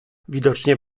widocznie